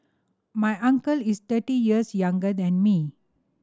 my uncle is thirty years younger than me